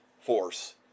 Force